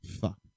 Fuck